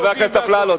חבר הכנסת אפללו.